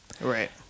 Right